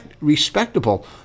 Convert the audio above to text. respectable